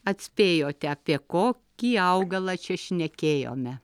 atspėjote apie kokį augalą čia šnekėjome